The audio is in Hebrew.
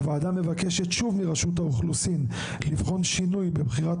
הוועדה מבקשת שוב מהרשות האוכלוסין לבחון שינוי בבחירת